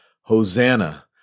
Hosanna